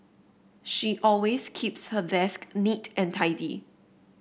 she always keeps her desk neat and tidy